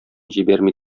җибәрми